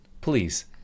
Please